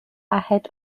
ahead